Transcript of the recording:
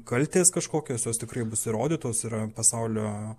kaltės kažkokios jos tikrai bus įrodytos ir pasaulio